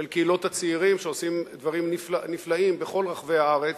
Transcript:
של קהילות הצעירים שעושים דברים נפלאים בכל רחבי הארץ.